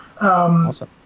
awesome